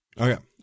Okay